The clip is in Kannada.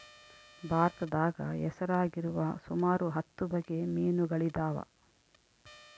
ಭಾರತದಾಗ ಹೆಸರಾಗಿರುವ ಸುಮಾರು ಹತ್ತು ಬಗೆ ಮೀನುಗಳಿದವ